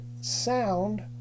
sound